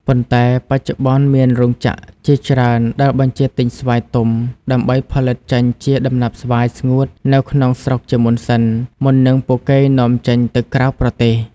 ប៉ុន្ដែ បច្ចុប្បន្នមានរោងចក្រជាច្រើនដែលបញ្ជាទិញស្វាយទុំដើម្បីផលិតចេញជាដំណាប់ស្វាយស្ងួតនៅក្នុងស្រុកជាមុនសិន មុននឹងពួកគេនាំចេញទៅក្រៅប្រទេស។